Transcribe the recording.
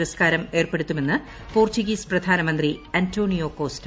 പുരസ്കാരം ഏർപ്പെടുത്തുമെന്ന് പോർച്ചുഗീസ് പ്രധാനമന്ത്രി അന്റോണിയോ കോസ്റ്റു